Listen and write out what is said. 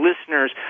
listeners